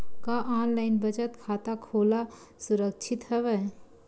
का ऑनलाइन बचत खाता खोला सुरक्षित हवय?